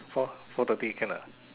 four four thirty can ah